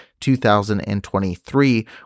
2023